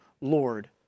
Lord